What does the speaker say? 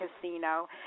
casino